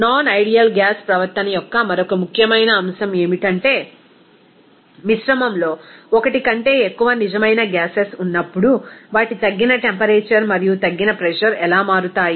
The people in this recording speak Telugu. నాన్ ఐడియల్ గ్యాస్ ప్రవర్తన యొక్క మరొక ముఖ్యమైన అంశం ఏమిటంటే మిశ్రమంలో ఒకటి కంటే ఎక్కువ నిజమైన గ్యాసెస్ ఉన్నప్పుడు వాటి తగ్గిన టెంపరేచర్ మరియు తగ్గిన ప్రెజర్ ఎలా మారుతాయి